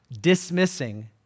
dismissing